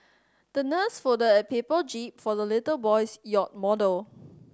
the nurse folded a paper jib for the little boy's yacht model